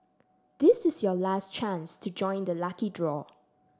this is your last chance to join the lucky draw